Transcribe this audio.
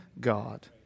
God